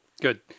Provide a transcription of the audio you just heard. Good